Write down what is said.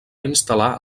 instal·lar